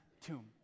tomb